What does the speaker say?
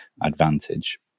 advantage